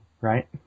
right